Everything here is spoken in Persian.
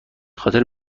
خاطر